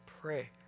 pray